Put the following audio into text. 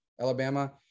Alabama